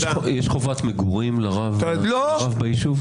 יש חובת מגורים לרב ביישוב?